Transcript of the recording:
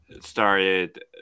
started